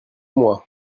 moi